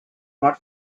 not